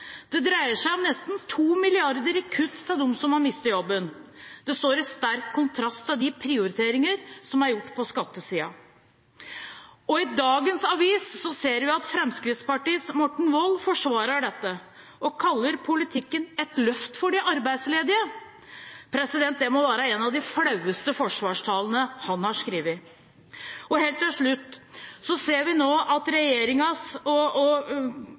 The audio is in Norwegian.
Det dreier seg om nesten 2 mrd. kr i kutt til dem som har mistet jobben. Det står i sterk kontrast til de prioriteringene som er gjort på skattesiden. I dagens Drammens Tidende ser vi at Fremskrittspartiets Morten Wold forsvarer dette og kaller politikken et løft for de arbeidsledige. Det må være en av de flaueste forsvarstalene han har skrevet. Helt til slutt: Vi ser nå at regjeringens finanspolitiske talsperson på Stortinget, Svein Flåtten, sier at pendlerutgifter er privatutgifter og